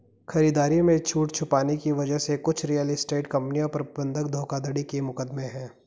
खरीदारी में छूट छुपाने की वजह से कुछ रियल एस्टेट कंपनियों पर बंधक धोखाधड़ी के मुकदमे हैं